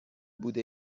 بوده